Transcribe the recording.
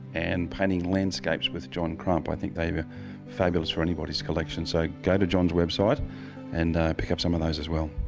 and painting landscapes with john crump. i think they are fabulous for anybody's collection so go to john's website and pick up some of those as well.